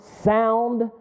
sound